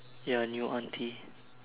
ya new auntie